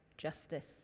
justice